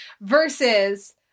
versus